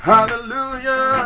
Hallelujah